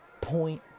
Point